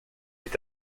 est